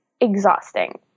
exhausting